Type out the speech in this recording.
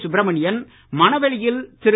சுப்ரமணியன் மணவெளியில் திரு